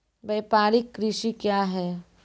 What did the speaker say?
व्यापारिक कृषि क्या हैं?